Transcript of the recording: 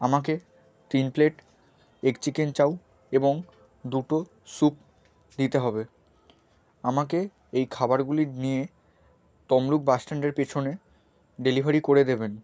আমাকে তিন plate egg chicken chow এবং দুটো স্যুপ দিতে হবে আমাকে এই খাবারগুলি নিয়ে তমলুক বাস স্ট্যান্ডের পিছনে ডেলিভারি করে দেবেন